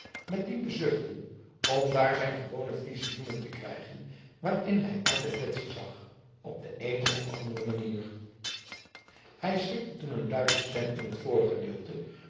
met diepe zuchten om daar zijn gewone visioenen te krijgen waarin hij altijd betsy zag op de ene of andere manier hij schrikte toen een luide stem in het